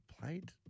played